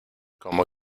como